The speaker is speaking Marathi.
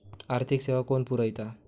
आर्थिक सेवा कोण पुरयता?